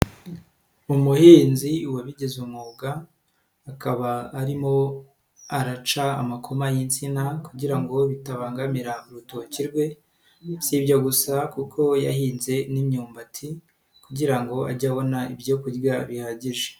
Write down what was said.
Umuhinzi wabigize umwuga akaba arimo araca amakoma y'insina kugira ngo bitabangamira urutoki rwe, si ibyo gusa kuko yahinze n'imyumbati kugira ngo ajye abona ibyo kurya bihagije.